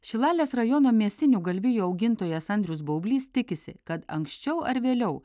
šilalės rajono mėsinių galvijų augintojas andrius baublys tikisi kad anksčiau ar vėliau